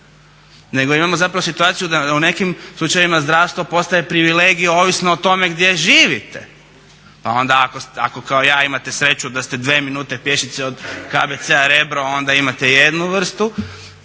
nego imamo zapravo situaciju da u nekim slučajevima zdravstvo postaje privilegij ovisno o tome gdje živite. Pa onda ako kao ja imate sreću da ste dve minute pješice od KBC-a Rebro onda imate jednu vrstu